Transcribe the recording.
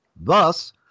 Thus